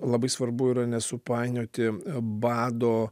labai svarbu yra nesupainioti bado